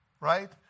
Right